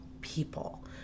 people